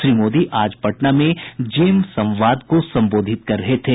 श्री मोदी आज पटना में जेम संवाद को संबोधित कर रहे थे